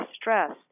stressed